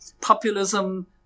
populism